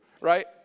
right